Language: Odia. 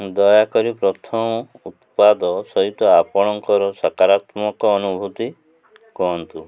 ଦୟାକରି ପ୍ରଥମ ଉତ୍ପାଦ ସହିତ ଆପଣଙ୍କର ସକାରାତ୍ମକ ଅନୁଭୂତି କୁହନ୍ତୁ